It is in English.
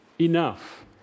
Enough